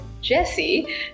Jesse